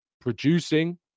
producing